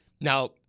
now